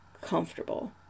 comfortable